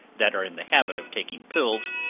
that are in the habit of taking pills,